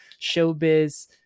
showbiz